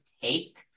take